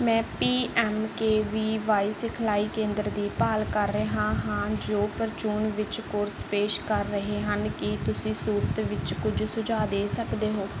ਮੈਂ P M K V Y ਸਿਖਲਾਈ ਕੇਂਦਰ ਦੀ ਭਾਲ ਕਰ ਰਿਹਾ ਹਾਂ ਜੋ ਪ੍ਰਚੂਨ ਵਿੱਚ ਕੋਰਸ ਪੇਸ਼ ਕਰ ਰਹੇ ਹਨ ਕੀ ਤੁਸੀਂ ਸੂਰਤ ਵਿੱਚ ਕੁੱਝ ਸੁਝਾਅ ਦੇ ਸਕਦੇ ਹੋ